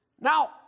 Now